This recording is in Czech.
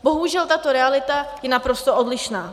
Bohužel, tato realita je naprosto odlišná.